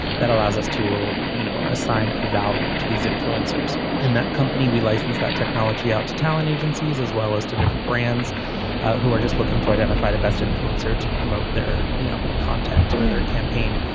that allows us to you know assign value to these influencers in that company we license that technology out to talent agencies as well as to different brands who are just looking to identify the best influencer to promote their you know content or and their campaign.